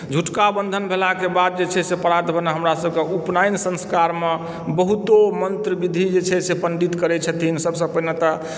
झुटिका बन्धन भेलाके बाद जे छै से प्रात भेने हमरासभके उपनयन संस्कारमे बहुतो मन्त्र विधि जे छै से पण्डित करैत छथिन सभसँ पहिने तऽ